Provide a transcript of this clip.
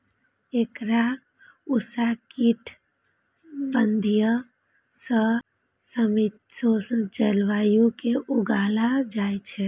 एकरा उष्णकटिबंधीय सं समशीतोष्ण जलवायु मे उगायल जाइ छै